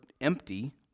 empty